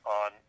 on